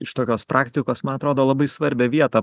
iš tokios praktikos man atrodo labai svarbią vietą